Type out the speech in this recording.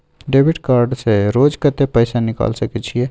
Debit card से रोज कत्ते पैसा निकाल सके छिये?